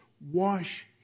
wash